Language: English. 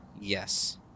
Yes